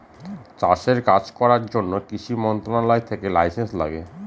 চাষের কাজ করার জন্য কৃষি মন্ত্রণালয় থেকে লাইসেন্স লাগে